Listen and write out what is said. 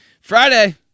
Friday